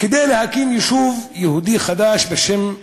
כדי להקים יישוב יהודי חדש בשם עומרית.